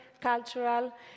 cultural